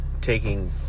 taking